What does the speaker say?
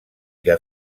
que